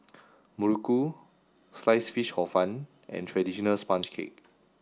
Muruku sliced fish hor fun and traditional sponge cake